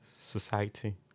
society